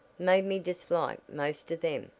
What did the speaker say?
made me dislike most of them.